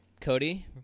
Cody